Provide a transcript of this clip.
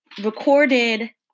recorded